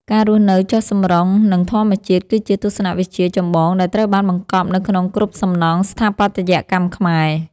ការរស់នៅចុះសម្រុងនឹងធម្មជាតិគឺជាទស្សនវិជ្ជាចម្បងដែលត្រូវបានបង្កប់នៅក្នុងគ្រប់សំណង់ស្ថាបត្យកម្មខ្មែរ។